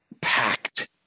packed